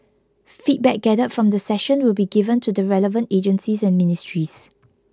feedback gathered from the session will be given to the relevant agencies and ministries